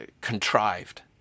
contrived